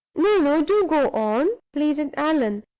no do go on! pleaded allan.